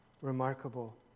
Remarkable